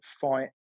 fight